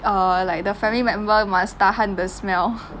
err like the family member must tahan the smell